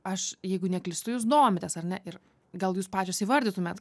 aš jeigu neklystu jūs domitės ar ne ir gal jūs pačios įvardytumėt